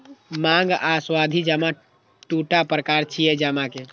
मांग आ सावधि जमा दूटा प्रकार छियै जमा के